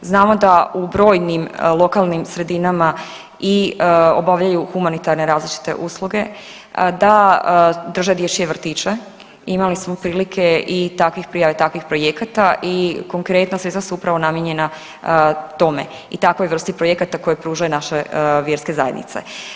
Znamo da u brojnim lokalnim sredinama i obavljaju i humanitarne različite usluge, da drže dječje vrtiće, imali smo prilike i takvih prijava takvih projekata i konkretno, sredstva su upravo namijenjena tome i takvoj vrsti projekata koji pružaju naše vjerske zajednice.